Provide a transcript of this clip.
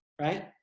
right